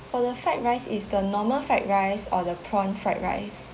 for the fried rice is the normal fried rice or the prawn fried rice